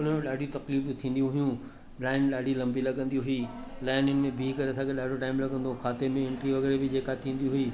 उन में ॾाढियूं तक़लीफूं थींदियूं हुयूं लाइन ॾाढी लंबी लॻंदी हुई लाइनिन में बि करे असांखे ॾाढो टाईम लॻंदो हो खाते में एंट्री वग़ैरह जेकी थींदी हुई उहा बि थींदी हुई